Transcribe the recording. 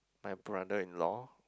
my brother-in-law